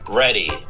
ready